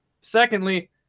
Secondly